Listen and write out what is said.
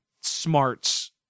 smarts